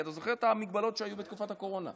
אתה זוכר את ההגבלות שהיו בתקופת הקורונה.